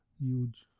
Huge